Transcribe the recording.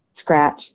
scratch